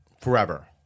forever